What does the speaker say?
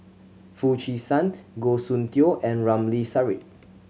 Foo Chee San Goh Soon Tioe and Ramli Sarip